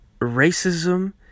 Racism